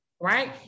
Right